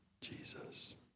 Jesus